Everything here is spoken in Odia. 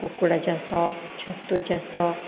କୁକୁଡ଼ା ଚାଷ ଛତୁ ଚାଷ